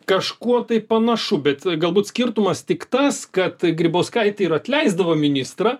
kažkuo tai panašu bet galbūt skirtumas tik tas kad grybauskaitė ir atleisdavo ministrą